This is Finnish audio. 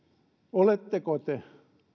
oletteko te